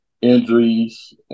injuries